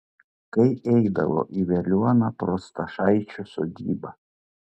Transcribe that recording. kai eidavo į veliuoną pro stašaičių sodybą